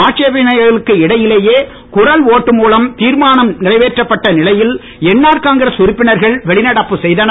ஆட்சேபணைகளுக்கு இடையிலேயே குரல் ஓட்டு மூலம் தீர்மானம் நிறைவேற்ற பட்ட நிலையில் என்ஆர் காங்கிரஸ் உறுப்பினர்கள் வெளிநடப்பு செய்தனர்